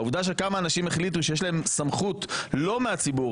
העובדה שכמה אנשים החליטו שיש להם סמכות לא מהציבור,